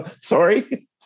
Sorry